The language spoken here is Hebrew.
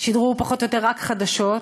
שידרו פחות או יותר רק חדשות